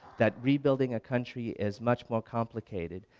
that rebuilding a country is much more complicated,